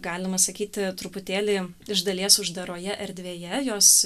galima sakyti truputėlį iš dalies uždaroje erdvėje jos